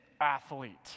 athlete